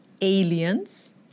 aliens